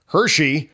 Hershey